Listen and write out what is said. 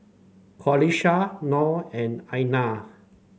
Qalisha Noh and Aina